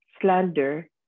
Slander